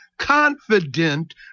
Confident